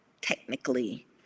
technically